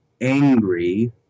angry